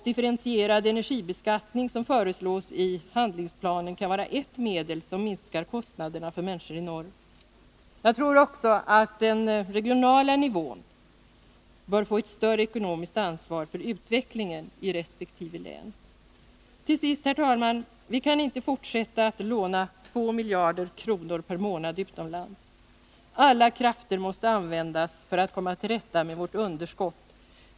Differentierad energibeskattning, som föreslås i handlingsplanen, kan vara ett medel för att minska kostnaderna för människorna i norr. Jag tror också att den regionala nivån bör få ett större ekonomiskt ansvar för utvecklingen i resp. län. Till sist, herr talman! Vi kan inte fortsätta att låna 2 miljarder kronor per månad utomlands. Alla krafter måste användas för att vi skall komma till rätta med vårt underskott.